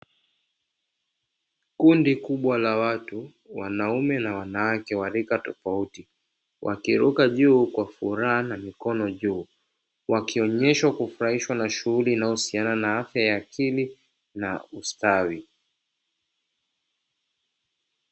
Kundi kubwa la watu wanaume na wanawake wa rika tofauti, wakiruka juu kwa furaha na mikono juu wakionyesha kufurahishwa na shughuli inayohusiana na afya ya akili na ustawi.